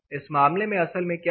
इस मामले में असल में क्या होता है